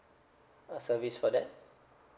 service for that